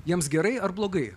jiems gerai ar blogai